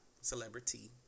Celebrity